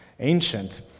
ancient